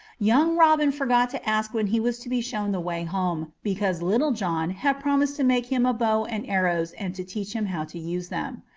young robin forgot to ask when he was to be shown the way home, because little john had promised to make him a bow and arrows and to teach him how to use them.